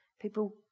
people